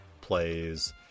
plays